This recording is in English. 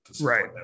Right